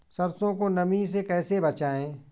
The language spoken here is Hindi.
सरसो को नमी से कैसे बचाएं?